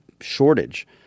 shortage